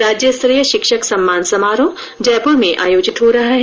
राज्य स्तरीय शिक्षक सम्मान समारोह जयपुर में आयोजित किया जा रहा है